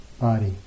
body